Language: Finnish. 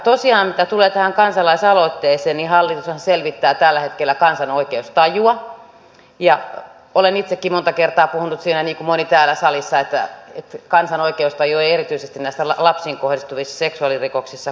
tosiaan mitä tulee tähän kansalaisaloitteeseen niin hallitushan selvittää tällä hetkellä kansan oikeustajua ja olen itsekin monta kertaa puhunut siitä niin kuin moni täällä salissa että kansan oikeustaju ei erityisesti näissä lapsiin kohdistuvissa seksuaalirikoksissa kohtaa